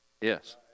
Yes